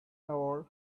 hour